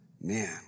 man